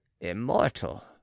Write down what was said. immortal